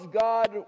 God